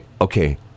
okay